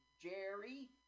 Jerry